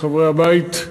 לחברי הבית,